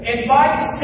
invites